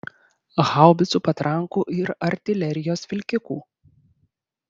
haubicų patrankų ir artilerijos vilkikų